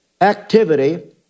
activity